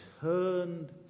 turned